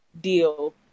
deal